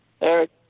Eric